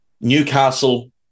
Newcastle